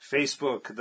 Facebook